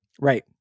Right